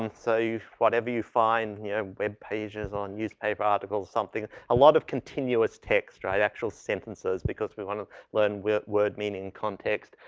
um so wherever you find you know web pages on newspaper articles or something, a lot of continuous text, right? actual sentences because we want to learn wo word meaning context.